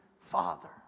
Father